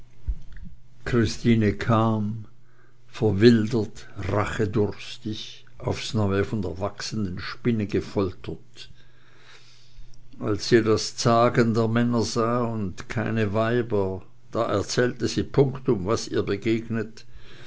christine kam verwildert rachedurstig aufs neue von der wachsenden spinne gefoltert als sie das zagen der männer sah und keine weiber da erzählte sie punktum was ihr begegnet